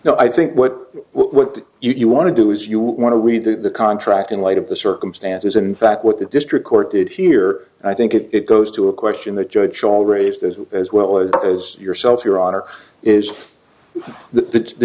now i think what what you want to do is you want to redo the contract in light of the circumstances and in fact what the district court did here i think it goes to a question the judge all raised as as well as yourself your honor is the